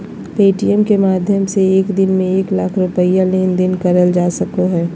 Paytm के माध्यम से एक दिन में एक लाख रुपया के लेन देन करल जा सको हय